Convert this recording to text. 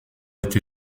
été